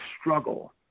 struggle